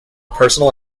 personal